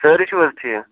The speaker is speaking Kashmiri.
سٲری چھِو حِظ ٹھیٖک